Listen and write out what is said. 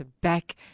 back